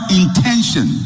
intention